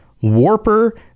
Warper